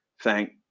thank